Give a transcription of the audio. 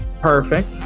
Perfect